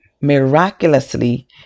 miraculously